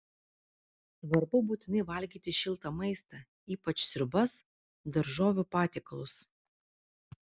svarbu būtinai valgyti šiltą maistą ypač sriubas daržovių patiekalus